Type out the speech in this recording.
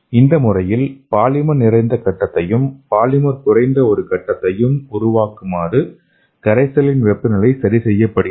இந்த முறையில் பாலிமர் நிறைந்த கட்டத்தையும் பாலிமர் குறைந்த ஒரு கட்டத்தை உருவாக்குமாறு கரைசலின் வெப்பநிலை சரிசெய்யப்படுகிறது